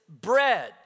bread